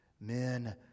Men